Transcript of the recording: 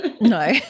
No